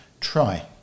try